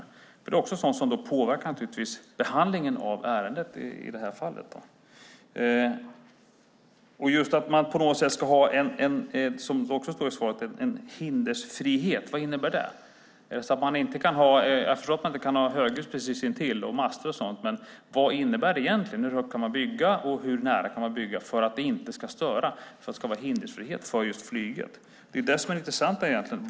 Det är naturligtvis sådant som påverkar behandlingen av ärendet i detta fall. Det står också i svaret att man ska ha en hinderfrihet. Vad innebär det? Jag förstår att man inte kan ha höghus, master och annat precis intill, men vad innebär det egentligen? Hur högt kan man bygga, och hur nära kan man bygga för att det inte ska störa och för att det ska vara hinderfrihet för just flyget? Det är det som egentligen är det intressanta.